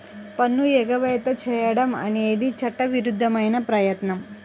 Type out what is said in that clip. పన్ను ఎగవేత చేయడం అనేది చట్టవిరుద్ధమైన ప్రయత్నం